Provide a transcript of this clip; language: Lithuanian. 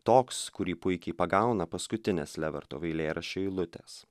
toks kurį puikiai pagauna paskutinės levertov eilėraščio eilutės